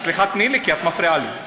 סליחה, תני לי, כי את מפריעה לי.